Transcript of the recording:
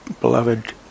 beloved